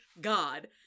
God